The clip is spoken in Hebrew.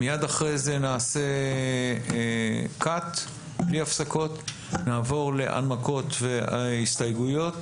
מייד אחרי זה נעשה 'קאט' בלי הפסקות ונעבור להנמקות והסתייגויות.